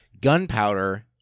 gunpowder